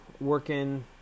working